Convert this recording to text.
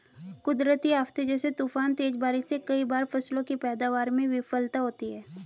कुदरती आफ़ते जैसे तूफान, तेज बारिश से कई बार फसलों की पैदावार में विफलता होती है